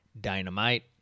Dynamite